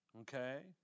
okay